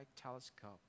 telescope